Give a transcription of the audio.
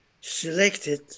selected